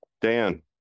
Dan